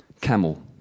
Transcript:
Camel